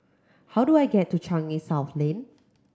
how do I get to Changi South Lane